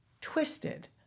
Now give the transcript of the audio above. twisted